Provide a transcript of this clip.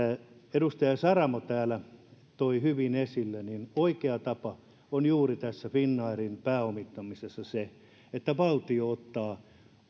edustaja saramo täällä toi hyvin esille niin oikea tapa tässä finnairin pääomittamisessa on juuri se että valtio ottaa